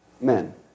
men